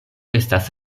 estas